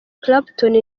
clapton